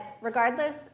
regardless